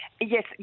Yes